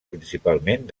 principalment